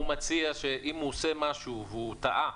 הוא מציע שאם הוא עושה משהו והוא טעה,